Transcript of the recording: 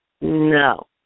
No